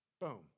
Boom